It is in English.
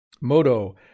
Moto